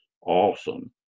awesome